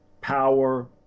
power